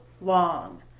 long